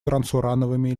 трансурановыми